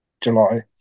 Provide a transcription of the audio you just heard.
july